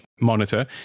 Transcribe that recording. monitor